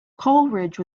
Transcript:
coleridge